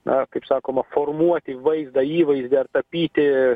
na kaip sakoma formuoti vaizdą įvaizdį ar tapyti